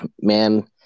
man